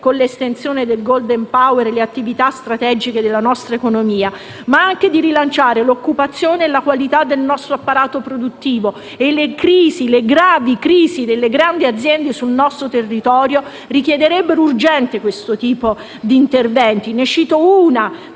con l'estensione del *golden power*, le attività strategiche della nostra economia, ma anche di rilanciare l'occupazione e la qualità del nostro apparato produttivo. Le gravi crisi delle grandi aziende sul nostro territorio richiederebbero urgentemente questo tipo di intervento. Ne cito una